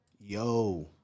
Yo